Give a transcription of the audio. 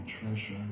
treasure